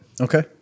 Okay